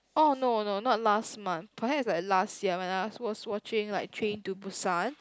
oh no no not last month perhaps like last year when I was watching like Train-to-Busan